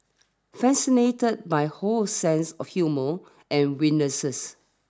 fascinated by Ho's sense of humour and wittinesses